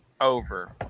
over